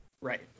Right